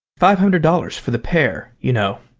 five hundred dollars for the pair, you know.